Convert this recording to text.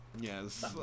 Yes